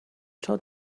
tro